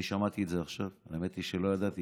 אני שמעתי את זה עכשיו, האמת היא שלא ידעתי.